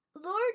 Lord